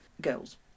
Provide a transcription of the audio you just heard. girls